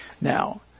Now